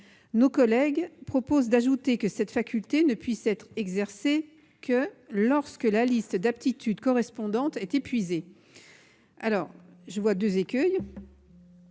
Nos collègues proposent de préciser que cette faculté ne pourra être exercée que lorsque la liste d'aptitude correspondante est épuisée. J'y vois deux écueils.